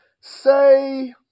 Say